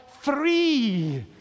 free